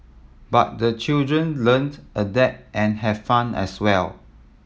but the children learnt adapted and have fun as well